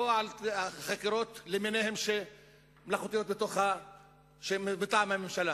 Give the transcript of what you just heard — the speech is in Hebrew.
בחקירות מלאכותיות למיניהן מטעם הממשלה,